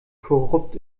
korrupt